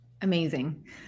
Amazing